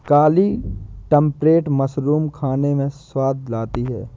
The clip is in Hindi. काली ट्रंपेट मशरूम खाने में स्वाद लाती है